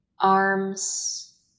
arms